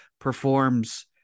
performs